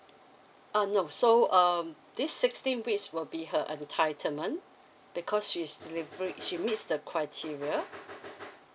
uh no so um this sixteen weeks will be her entitlement because she's delivery she meets the criteria